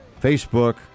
Facebook